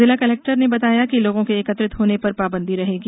जिला कलेक्टर ने बताया कि लोगों के एकत्रित होने पर पाबंदी रहेगी